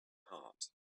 heart